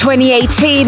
2018